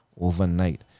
overnight